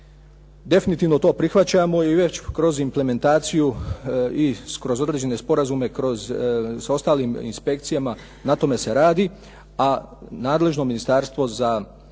Definitivno to prihvaćamo i već kroz implementaciju i kroz određene sporazume s ostalim inspekcijama na tome se radi, a nadležno ministarstvo za